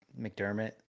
McDermott